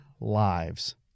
lives